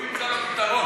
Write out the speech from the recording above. הוא ימצא לו פתרון.